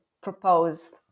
proposed